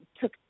took